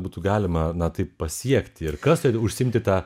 būtų galima na tai pasiekti ir kas turėtų užsiimti ta